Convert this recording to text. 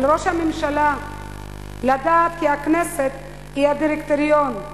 על ראש הממשלה לדעת כי הכנסת היא הדירקטוריון.